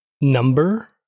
number